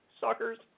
suckers